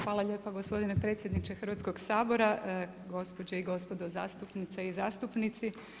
Hvala lijepo gospodine predsjedniče Hrvatskog sabora, gospođe i gospodo zastupnice i zastupnici.